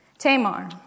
Tamar